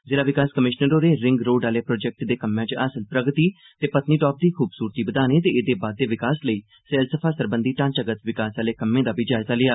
जिला विकास कमिशनर होरें रिंग रोड आह्ले प्रोजेक्ट दे कम्में च हासल प्रगति ते पत्नीटाप दी खूबसूरती बघाने ते एह्दे बाद्दे विकास लेई सैलसफा सरबंधी ढांचागत विकास आह्ले कम्में दा बी जायजा लैता